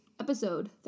episode